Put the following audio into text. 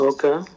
Okay